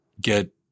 get